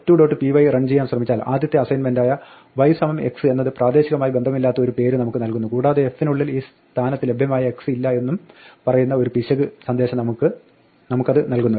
py run ചെയ്യാൻ ശ്രമിച്ചാൽ ആദ്യത്തെ അസൈൻമെന്റായ y x എന്നത് പ്രാദേശികമായി ബന്ധമില്ലാത്ത ഒരു പേര് നമുക്ക് നൽകുന്നു കൂടാതെ f നുള്ളിൽ ഈ സ്ഥാനത്ത് ലഭ്യമായ x ഇല്ല എന്നും പറയുന്ന ഒരു പിശക് സന്ദേശം നമുക്കത് നൽകുന്നു